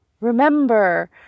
remember